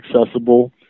accessible